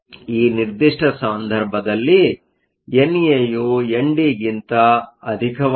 ಈ ನಿರ್ದಿಷ್ಟ ಸಂದರ್ಭದಲ್ಲಿಎನ್ ಎ ಯು ಎನ್ ಡಿ ಗಿಂತ ಅಧಿಕವಾಗಿದೆ